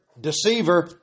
deceiver